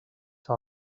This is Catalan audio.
que